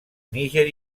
níger